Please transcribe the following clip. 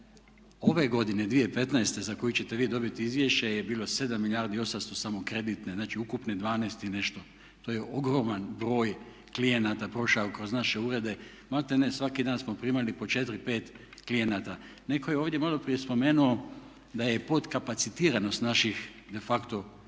Ove godine, 2015. za koju ćete vi dobiti izvješće je bilo 7 milijardi i 800 samo kreditne. Znači, ukupno 12 i nešto. To je ogroman broj klijenata prošao kroz naše urede. Maltene svaki dan smo primali po 4, 5 klijenata. Netko je ovdje malo prije spomenuo da je podkapacitiranost naših de facto